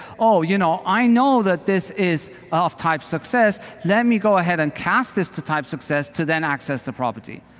ah you know, i know that this is of type success. let me go ahead and cast this to type success to access the property.